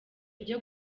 bya